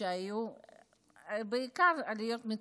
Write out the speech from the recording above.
שהיו בעיקר עליות מצוקה.